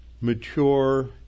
mature